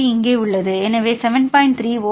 3 O மற்றும் N 2